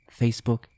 Facebook